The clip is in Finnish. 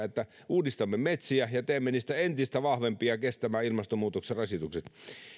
että uudistamme metsiä ja teemme niistä entistä vahvempia kestämään ilmastonmuutoksen rasitukset